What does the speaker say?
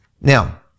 Now